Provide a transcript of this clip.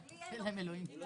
אין להם אלוהים.